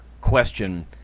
question